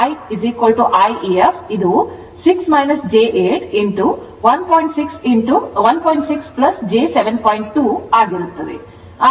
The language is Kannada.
2 ಆಗಿರುತ್ತದೆ